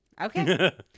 Okay